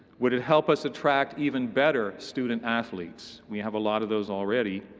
would it help us attract even better student athletes? we have a lot of those already.